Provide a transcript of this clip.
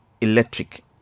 electric